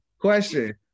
question